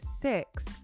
six